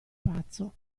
pazzo